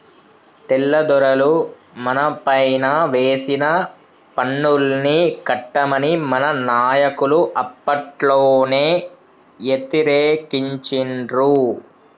తెల్లదొరలు మనపైన వేసిన పన్నుల్ని కట్టమని మన నాయకులు అప్పట్లోనే యతిరేకించిండ్రు